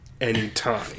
anytime